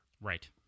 right